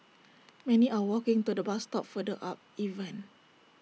many are walking to the bus stop further up even